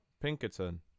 Pinkerton